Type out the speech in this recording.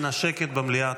אנא, שקט במליאה.